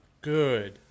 good